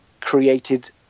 created